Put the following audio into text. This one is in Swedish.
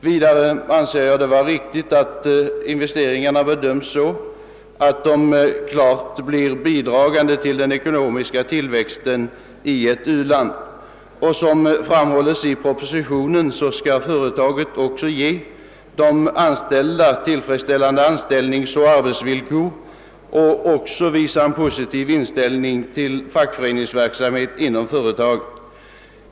Vidare anser jag det vara riktigt att investeringarna bedöms så att de klart kan väntas bidraga till den ekonomiska tillväxten i ett u-land. Som framhålles i propositionen skall företaget också ge de anställda tillfredsställande anställningsoch arbetsvillkor samt ha en positiv inställning till fackföreningsverksamhet inom företaget.